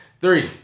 Three